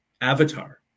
avatar